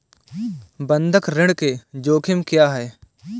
बंधक ऋण के जोखिम क्या हैं?